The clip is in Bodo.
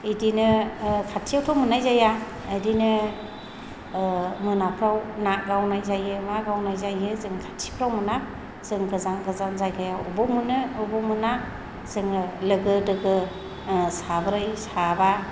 बिदिनो खाथियावथ' मोननाय जाया बिदिनो मोनाफ्राव ना गावनाय जायो मा गावनाय जायो जों खाथिफ्राव मोना जों गोजान गोजान जायगायाव बबाव मोनो बबाव मोना जोङो लोगो दोगो साब्रै साबा